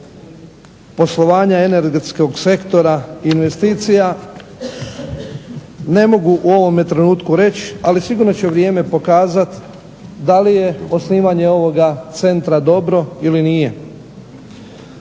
poslovanja energetskog sektor i investicija ne mogu u ovome trenutku reći, ali sigurno će vrijeme pokazat da li je osnivanje ovoga centra dobro ili nije.